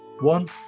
one